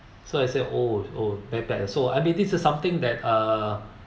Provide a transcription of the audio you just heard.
so I said oh oh that bad uh I mean this is something that uh